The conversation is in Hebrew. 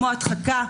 כמו הדחקה,